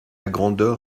grandeur